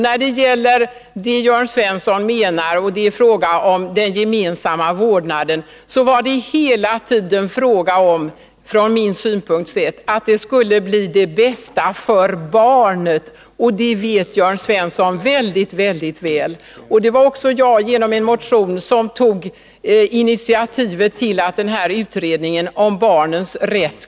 När det gäller det som Jörn Svensson tar upp — den gemensamma vårdnaden — har det från min synpunkt sett hela tiden varit fråga om att åstadkomma det bästa för barnet. Det vet Jörn Svensson mycket väl. Det var också jag som genom en motion tog initiativet till utredningen om barnens rätt.